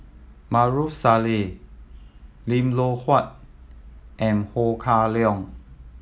Maarof Salleh Lim Loh Huat and Ho Kah Leong